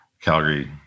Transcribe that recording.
Calgary